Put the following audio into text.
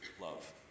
love